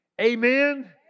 Amen